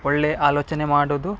ಒಳ್ಳೆಯ ಆಲೋಚನೆ ಮಾಡೋದು